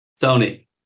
Tony